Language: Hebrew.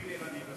עוברים ילדים,